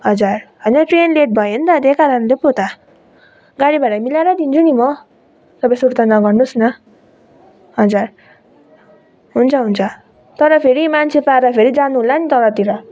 हजुर होइन train late भयो नि त त्यही कारणले पो त गाडी भाडा मिलाएर दिन्छु नि म तपाईँ सुर्ता नगर्नुहोस् न हजुर हुन्छ हुन्छ तर फेरि मान्छे पाएर फेरि जानुहोला नि तलतिर